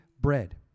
bread